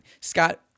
Scott